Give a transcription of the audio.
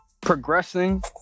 progressing